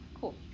Cool